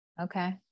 Okay